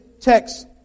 text